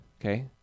okay